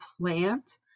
plant